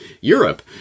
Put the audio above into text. Europe